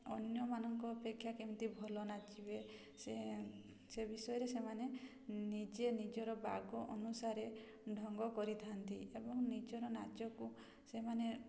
ଅନ୍ୟମାନଙ୍କ ଅପେକ୍ଷା କେମିତି ଭଲ ନାଚିବେ ସେ ସେ ବିଷୟରେ ସେମାନେ ନିଜେ ନିଜର ବାଗ ଅନୁସାରେ ଢ଼ଙ୍ଗ କରିଥାନ୍ତି ଏବଂ ନିଜର ନାଚକୁ ସେମାନେ